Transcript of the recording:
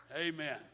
Amen